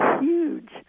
huge